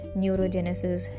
neurogenesis